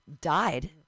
died